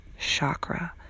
chakra